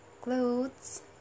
clothes